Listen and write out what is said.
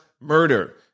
murder